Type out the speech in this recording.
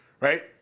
right